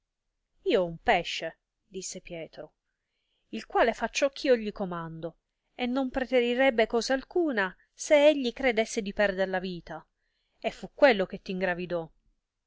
io ho un pesce disse pietro il quale fa ciò eh io gli comando e non preterirebbe cosa alcuna se egli eredesse perder la vita e fu quello che t ingravidò